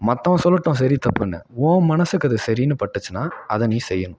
மற்றவுங்க சொல்லட்டும் சரி தப்புன்னு உன் மனதுக்கு அது சரின்னு பட்டுச்சுன்னால் அதை நீ செய்யணும்